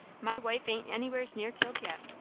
my wife a'n't anywheres near killed yet.